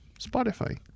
Spotify